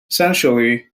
essentially